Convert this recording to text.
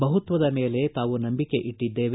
ಬಹುತ್ವದ ಮೇಲೆ ನಾವು ನಂಬಿಕೆ ಇಟ್ಟಿದ್ದೇವೆ